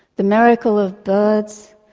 the miracle of birds,